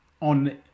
on